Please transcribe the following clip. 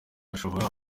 ashobora